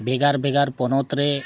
ᱵᱷᱮᱜᱟᱨ ᱵᱷᱮᱜᱟᱨ ᱯᱚᱱᱚᱛ ᱨᱮ